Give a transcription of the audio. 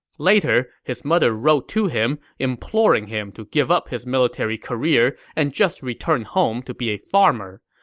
later, his mother wrote to him, imploring him to give up his military career and just return home to be a farmer.